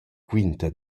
quinta